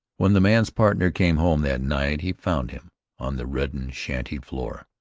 when the man's partner came home that night he found him on the reddened shanty floor.